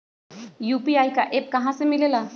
UPI का app कहा से मिलेला?